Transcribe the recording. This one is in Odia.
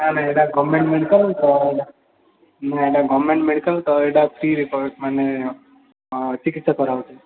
ନାଁ ନାଁ ଏଇଟା ଗଭର୍ଣ୍ଣମେଣ୍ଟ ମେଡ଼ିକାଲ ତ ନାଁ ଏଇଟା ଗଭର୍ଣ୍ଣମେଣ୍ଟ ମେଡ଼ିକାଲ ତ ଏଇଟା ଫ୍ରିରେ ମାନେ ହଁ ଚିକିତ୍ସା କରାହେଉଛି